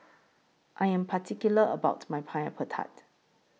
I Am particular about My Pineapple Tart